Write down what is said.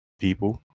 people